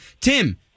Tim